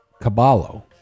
Caballo